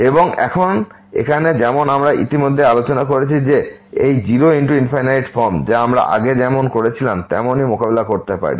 এবং এখন এখানে যেমন আমরা ইতিমধ্যেই আলোচনা করেছি যে এইগুলি 0 ×∞ ফর্ম যা আমরা আগে যেমন করেছিলাম তেমনই মোকাবেলা করতে পারি এবং অনুমান করি যে এই সীমাটি হল L